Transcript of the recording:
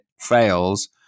fails